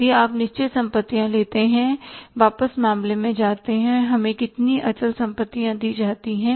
यदि आप निश्चित संपत्तियां लेते हैं वापस मामले में जाते हैं हमें कितनी अचल संपत्तियां दी जाती हैं